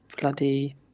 Bloody